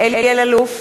אלי אלאלוף,